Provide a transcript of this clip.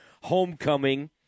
homecoming